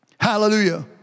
Hallelujah